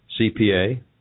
CPA